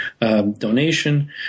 donation